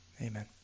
Amen